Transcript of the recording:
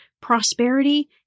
prosperity